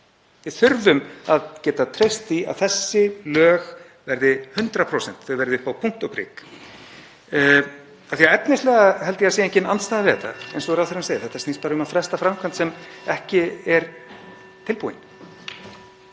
Við þurfum að geta treyst því að þessi lög verði 100%, þau verði upp á punkt og prik. Efnislega held ég að það sé engin andstaða við þetta eins og ráðherrann segir. Þetta snýst bara um að fresta framkvæmd sem ekki er tilbúin.